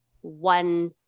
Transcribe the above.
one